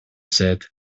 said